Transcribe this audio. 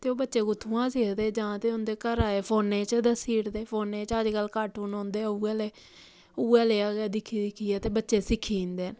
ते ओह् बच्चे उत्थुआं सिखदे जां ते उं'दे घर आए दे फोनै च दस्सी ओड़दे फोनै च अजकल्ल कार्टून औंदे उ'ऐ जेह् उ'ऐ जेहा गै दिक्खी दिक्खियै ते बच्चे सिक्खी जंदे ऐ